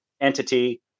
entity